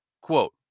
Quote